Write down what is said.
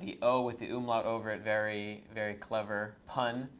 the o with the umlaut over it very, very clever pun.